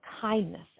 kindness